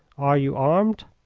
are you armed?